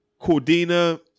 Cordina